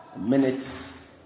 minutes